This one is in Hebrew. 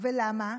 ולמה?